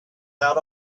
out